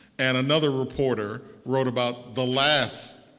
and another reporter wrote about the last